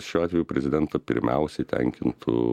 šiuo atveju prezidentą pirmiausiai tenkintų